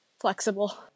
flexible